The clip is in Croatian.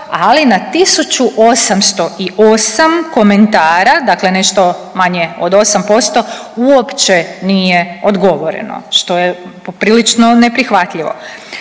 ali na 1.808 komentara dakle nešto manje od 8% uopće nije odgovoreno. Što je poprilično neprihvatljivo.